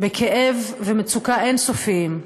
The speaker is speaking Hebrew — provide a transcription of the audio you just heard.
בכאב ומצוקה אין-סופיים.